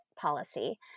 policy